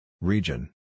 Region